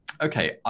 Okay